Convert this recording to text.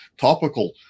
topical